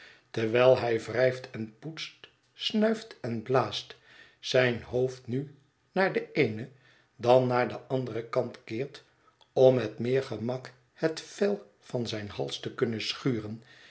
terwijl hij wrijft en poetst snuift en blaast zijn hoofd nu naar den eenen dan naar den anderen kant keert om met meer gemak het vel van zijn hals te kunnen schuren